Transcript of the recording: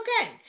okay